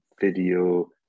video